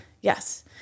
Yes